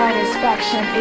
Satisfaction